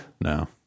No